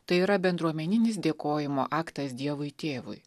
tai yra bendruomeninis dėkojimo aktas dievui tėvui